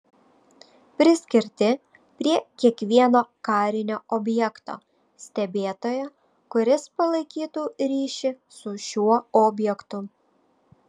priskirti prie kiekvieno karinio objekto stebėtoją kuris palaikytų ryšį su šiuo objektu